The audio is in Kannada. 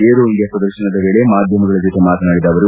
ಏರೋ ಇಂಡಿಯಾ ಪ್ರದರ್ಶನದ ವೇಳೆ ಮಾಧ್ಯಮಗಳ ಜೊತೆ ಮಾತನಾಡಿದ ಅವರು